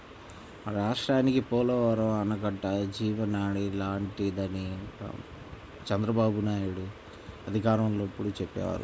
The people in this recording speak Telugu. మన రాష్ట్రానికి పోలవరం ఆనకట్ట జీవనాడి లాంటిదని చంద్రబాబునాయుడు అధికారంలో ఉన్నప్పుడు చెప్పేవారు